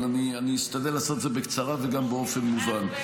אבל אשתדל לעשות את זה בקצרה וגם באופן מובן.